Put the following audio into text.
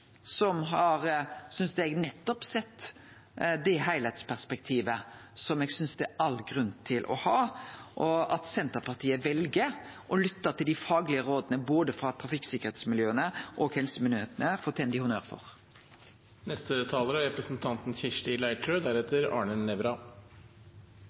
som har sett nettopp det heilskaplege perspektivet som eg synest det er all grunn til å ha. At Senterpartiet vel å lytte til dei faglege råda frå både trafikksikkerheitsmiljøa og helsemyndigheitene, fortener dei